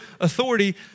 authority